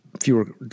fewer